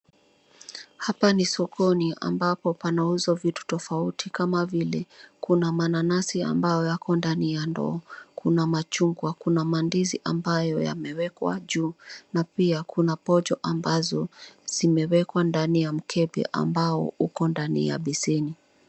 Hapa ni sokoni ambapo panauzwa vitu tofauti kama vile kuna nanasi ambayo yako ndani ya ndoo. Kuna machungwa, kuna mandizi ambayo yamewekwa juu na pia kuna pocho ambazo zimewekwa ndani ya mkebe ambao uko ndani ya beseni.